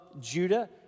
Judah